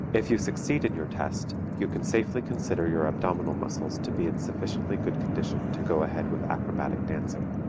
if you succeed in your test, you can safely consider your abdominal muscles to be in sufficiently good condition to go ahead with acrobatic dancing.